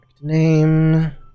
name